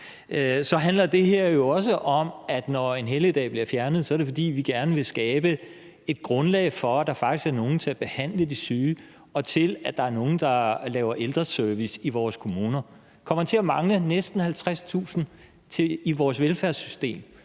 handler det her jo også om, at når en helligdag bliver fjernet, er det, fordi vi gerne vil skabe et grundlag for, at der faktisk er nogle til at behandle de syge og nogle til at lave ældreservice i vores kommuner. Vi kommer til at mangle næsten 50.000 i vores velfærdssystem.